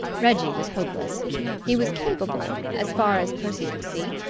reggie was hopeless he was capable, as far as percy could see,